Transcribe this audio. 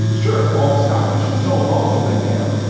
it's true, all the stock that she sold also went down.